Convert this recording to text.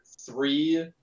three